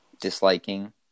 disliking